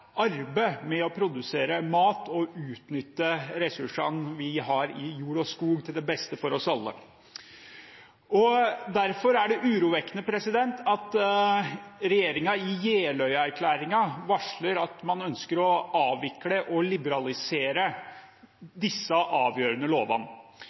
i jord og skog, til beste for oss alle. Derfor er det urovekkende at regjeringen i Jeløya-erklæringen varsler at man ønsker å avvikle og